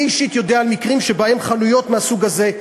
אני אישית יודע על מקרים שבהם בחנויות מהסוג הזה,